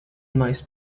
most